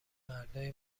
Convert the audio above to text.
مردای